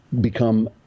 Become